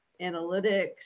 analytics